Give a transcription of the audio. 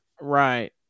Right